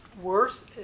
worse